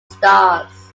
stars